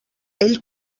ell